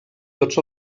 tots